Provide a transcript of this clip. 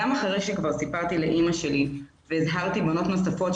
גם אחרי שכבר סיפרתי לאימא שלי והזהרתי בנות נוספות,